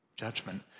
Judgment